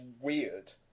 weird